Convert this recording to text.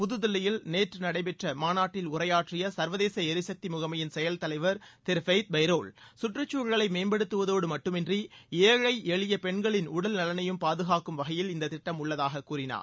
புதுதில்லியில் நேற்று நடைபெற்ற மாநாட்டில் உரையாற்றிய சர்வதேச எரிசக்தி முகமயின் செயல்தலைவர் திரு ஃபெய்த் பைரோல் சுற்றுச்சூழலை மேம்படுத்துவதோடு மட்டுமின்றி ஏழை எளிய பெண்களின் உடல்நலனையும் பாதுகாக்கும் வகையில் இந்த திட்டம் உள்ளதாக கூறினார்